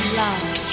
love